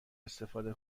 استفاده